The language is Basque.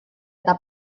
eta